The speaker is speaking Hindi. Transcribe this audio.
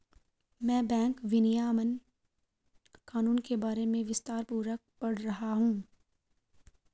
मैं बैंक विनियमन कानून के बारे में विस्तारपूर्वक पढ़ रहा हूं